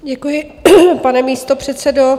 Děkuji, pane místopředsedo.